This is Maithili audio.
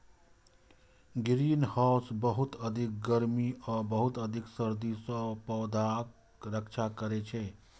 ग्रीनहाउस बहुत अधिक गर्मी आ बहुत अधिक सर्दी सं पौधाक रक्षा करै छै